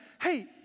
hey